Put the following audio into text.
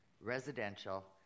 residential